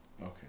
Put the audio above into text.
Okay